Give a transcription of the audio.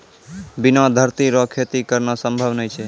बिना धरती रो खेती करना संभव नै छै